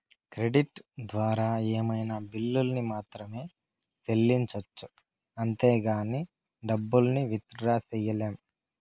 credit ద్వారా ఏమైనా బిల్లుల్ని మాత్రమే సెల్లించొచ్చు అంతేగానీ డబ్బుల్ని విత్ డ్రా సెయ్యలేం